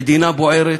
המדינה בוערת,